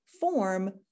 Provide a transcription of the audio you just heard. form